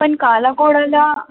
पण काला घोडाला